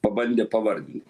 pabandė pavardin